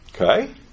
Okay